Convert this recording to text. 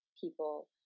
people